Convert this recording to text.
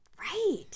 Right